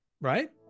right